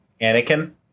Anakin